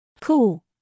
Cool